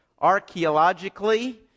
archaeologically